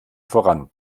voran